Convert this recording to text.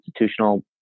institutional